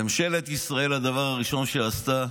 ממשלת ישראל, הדבר הראשון שעשתה,